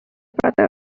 brothers